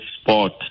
sport